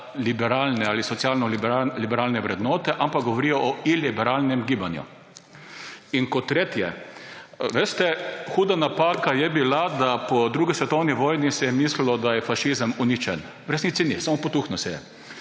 liberalne ali socialno liberalne vrednote, ampak govorijo o liberalnem gibanju. In kot tretje. Veste, huda napaka je bila, da se je po drugi svetovni vojni mislilo, da je fašizem uničen. V resnici ni, samo potuhnil se je.